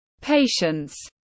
patience